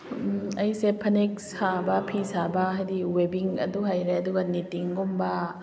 ꯑꯩꯁꯦ ꯐꯅꯦꯛ ꯁꯥꯕ ꯐꯤ ꯁꯥꯕ ꯍꯥꯏꯗꯤ ꯋꯦꯕꯤꯡ ꯑꯗꯨ ꯍꯩꯔꯦ ꯑꯗꯨꯒ ꯅꯤꯇꯤꯡꯒꯨꯝꯕ